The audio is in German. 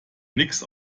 nix